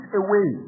away